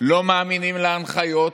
לא מאמינים להנחיות.